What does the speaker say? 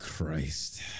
Christ